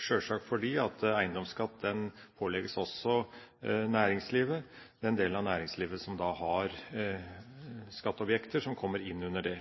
sjølsagt fordi eiendomsskatt pålegges også den delen av næringslivet som har skatteobjekter som kommer inn under den.